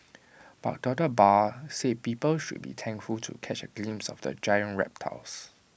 but doctor Barr said people should be thankful to catch A glimpse of the giant reptiles